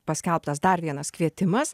paskelbtas dar vienas kvietimas